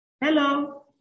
Hello